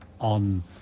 on –